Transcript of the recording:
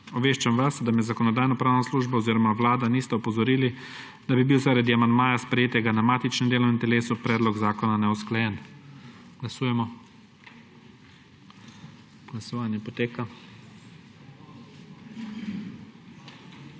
Obveščam vas, da me Zakonodajno-pravna služba oziroma Vlada nista opozorili, da bi bil zaradi amandmaja, sprejetega na matičnem delovnem telesu, predlog zakona neusklajen. Glasujemo. Navzočih je